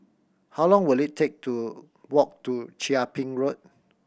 how long will it take to walk to Chia Ping Road